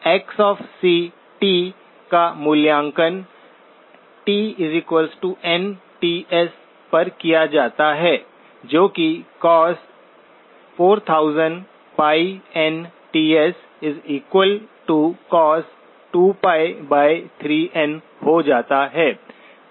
तो xc का मूल्यांकन tnTS पर किया जाता है जो कि cos4000πnTscos2π3n हो जाता है ठीक है